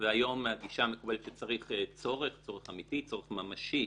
והיום הגישה המקובלת שצריך צורך אמתי, צורך ממשי